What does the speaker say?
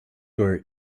your